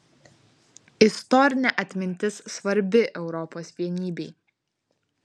istorinė atmintis svarbi europos vienybei